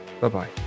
Bye-bye